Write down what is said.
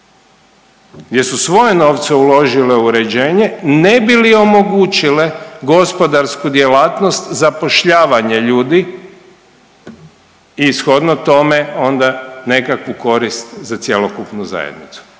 gdje su svoje novce uložile u uređenje ne bi li omogućile gospodarsku djelatnost, zapošljavanje ljudi i shodno tome onda nekakvu korist za cjelokupnu zajednicu.